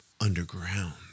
underground